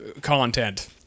content